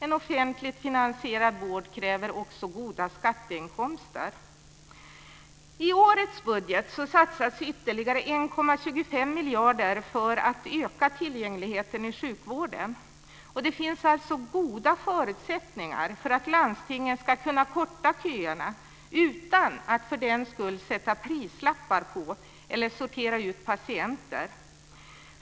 En offentligt finansierad vård kräver också goda skatteinkomster. I årets budget satsas ytterligare 1,25 miljarder kronor för att öka tillgängligheten i sjukvården. Det finns alltså goda förutsättningar för att landstingen ska kunna korta köerna utan att för den skull sätta prislappar på, eller sortera ut, patienter.